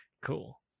Cool